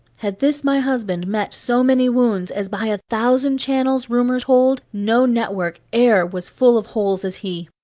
had this my husband met so many wounds, as by a thousand channels rumour told, no network e'er was full of holes as he.